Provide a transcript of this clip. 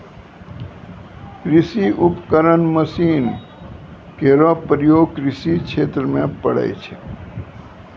कृषि उपकरण मसीन केरो प्रयोग कृषि क्षेत्र म पड़ै छै